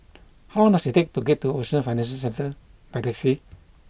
how long does it take to get to Ocean Financial Centre by taxi